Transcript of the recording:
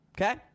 Okay